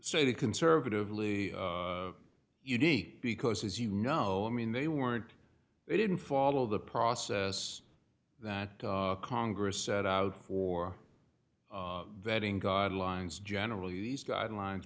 say that conservatively unique because as you know i mean they weren't they didn't follow the process that congress set out or vetting guidelines generally these guidelines